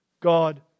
God